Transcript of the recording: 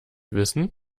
wissen